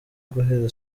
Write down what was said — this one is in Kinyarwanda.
guhera